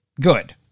Good